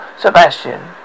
Sebastian